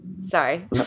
Sorry